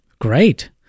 Great